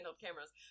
cameras